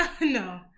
No